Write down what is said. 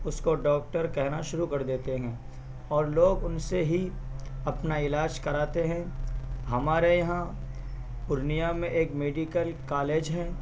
اس کو ڈاکٹر کہنا شروع کر دیتے ہیں اور لوگ ان سے ہی اپنا علاج کڑاتے ہیں ہمارے یہاں پورنیہ میں ایک میڈیکل کالج ہے